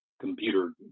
computer